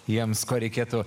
jiems ko reikėtų